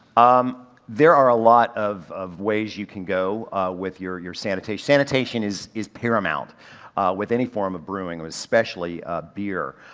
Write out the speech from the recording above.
um there are a lot of of ways you can go with your, your sanitation. sanitation is is paramount with any form of brewing, especially beer.